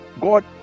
God